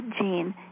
gene